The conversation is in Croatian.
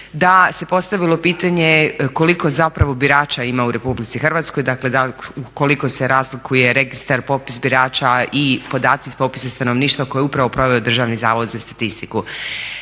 da se postavilo pitanje koliko zapravo birača ima u RH, dakle koliko se razlikuje registar, popis birača i podaci s popisa stanovništva koje je upravo proveo Državni zavod za statistiku.